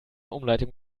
umleitung